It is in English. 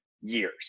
years